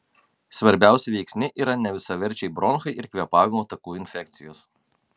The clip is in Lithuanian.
svarbiausi veiksniai yra nevisaverčiai bronchai ir kvėpavimo takų infekcijos